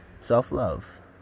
self-love